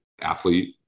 Athlete